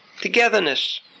togetherness